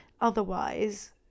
otherwise